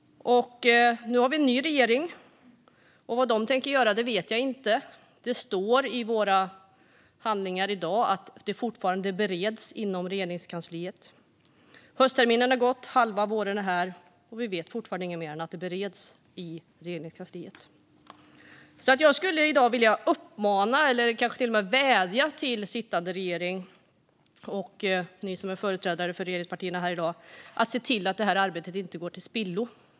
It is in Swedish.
Nu har vi en ny regering. Vad den tänker göra vet jag inte. Det står i våra handlingar att detta fortfarande bereds inom Regeringskansliet. Höstterminen har gått, och våren är här. Men vi vet fortfarande inget mer än att det bereds i Regeringskansliet. Därför skulle jag vilja uppmana, eller kanske till och med vädja till, sittande regering och företrädare för regeringspartierna här i dag att se till att detta arbete inte går till spillo.